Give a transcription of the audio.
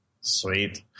Sweet